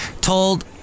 Told